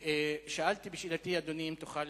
שאלתי בשאלתי, אדוני, אם תוכל